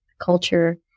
culture